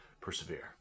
persevere